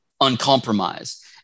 uncompromised